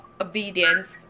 obedience